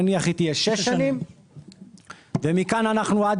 נניח היא תהיה שש שנים ומכאן אנחנו עד